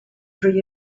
through